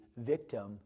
victim